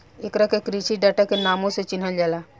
एकरा के कृषि डाटा के नामो से चिनहल जाला